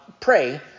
pray